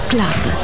Club